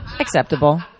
Acceptable